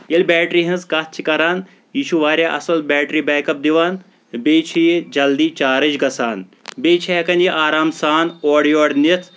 ییٚلہِ بیٹری ہٕنٛز کَتھ چھِ کران یہِ چھُ واریاہ اَصٕل بیٹری بیک اپ دِوان بیٚیہِ چھِ یہِ چلدی چارٕج گژھان بیٚیہِ چھِ ہیٚکان یہِ آرام سان اورٕ یور نِتھ